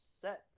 set